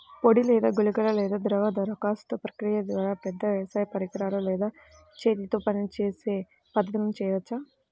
పొడి లేదా గుళికల లేదా ద్రవ దరఖాస్తు ప్రక్రియల ద్వారా, పెద్ద వ్యవసాయ పరికరాలు లేదా చేతితో పనిచేసే పద్ధతులను చేయవచ్చా?